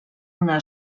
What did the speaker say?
una